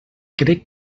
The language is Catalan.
crec